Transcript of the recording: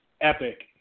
epic